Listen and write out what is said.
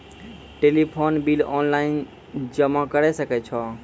Telephone bill online जमा करै सकै छौ?